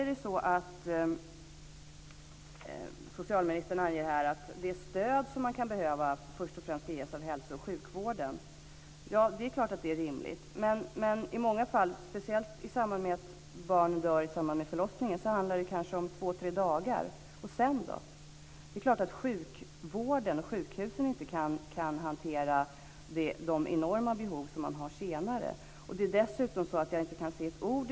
Vidare anför socialministern att det stöd som kan behövas ska först och främst ges av hälso och sjukvården. Visst är det rimligt, men i många fall, speciellt i samband med att barn dör vid förlossningen, ges stöd kanske bara två tre dagar. Men sedan då? Det är klart att sjukhusen och sjukvården i övrigt inte kan hantera de enorma behov som finns i senare skeden. Jag ska senare återkomma till fler frågor.